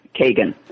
Kagan